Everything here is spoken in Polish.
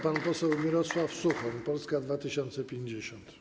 Pan poseł Mirosław Suchoń, Polska 2050.